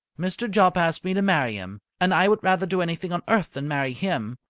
mr. jopp asked me to marry him, and i would rather do anything on earth than marry him.